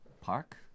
Park